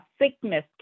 sickness